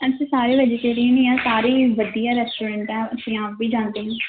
ਅਸੀਂ ਸਾਰੇ ਵੈਜੀਟੇਰੀਅਨ ਹੀ ਹਾਂ ਸਾਰੇ ਵਧੀਆ ਰੈਸਟੋਰੈਂਟ ਆ ਅਸੀਂ ਆਪ ਵੀ ਜਾਂਦੇ